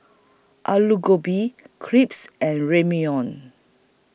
Alu Gobi Crepes and Ramyeon